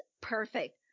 perfect